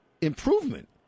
improvement